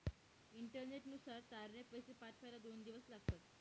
इंटरनेटनुसार तारने पैसे पाठवायला दोन दिवस लागतात